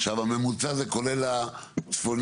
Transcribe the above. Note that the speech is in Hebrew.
עכשיו הממוצע זה כולל הצפוניים?